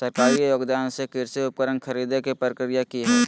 सरकारी योगदान से कृषि उपकरण खरीदे के प्रक्रिया की हय?